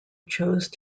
chose